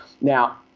Now